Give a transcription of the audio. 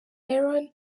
aron